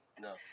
No